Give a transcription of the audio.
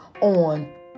on